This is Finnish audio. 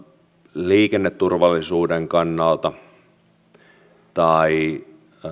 liikenneturvallisuuden kannalta tai